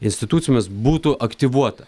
institucijomis būtų aktyvuota